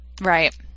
right